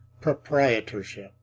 proprietorship